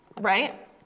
Right